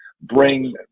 bring